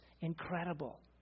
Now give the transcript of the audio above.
incredible